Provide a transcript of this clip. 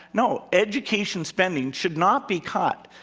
no, education spending should not be cut.